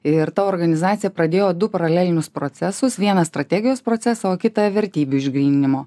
ir ta organizacija pradėjo du paralelinius procesus vieną strategijos procesą o kitą vertybių išgryninimo